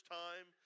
time